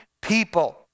people